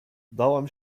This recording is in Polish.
dałam